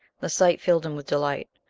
the sight filled him with delight,